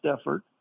effort